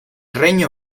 regno